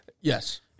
Yes